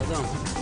זאת המציאות.